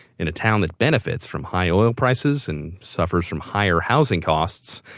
in a town that benefits from high oil prices and suffers from higher housing costs,